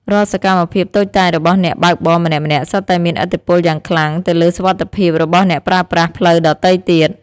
រាល់សកម្មភាពតូចតាចរបស់អ្នកបើកបរម្នាក់ៗសុទ្ធតែមានឥទ្ធិពលយ៉ាងខ្លាំងទៅលើសុវត្ថិភាពរបស់អ្នកប្រើប្រាស់ផ្លូវដ៏ទៃទៀត។